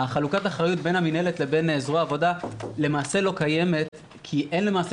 חלוקת האחריות בין המנהלת לזרוע העבודה לא קיימת כי אין למעשה